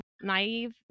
naive